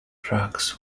tracks